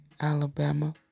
Alabama